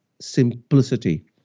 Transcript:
simplicity